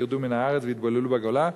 ירדו מן הארץ ויתבוללו בגולה.